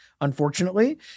unfortunately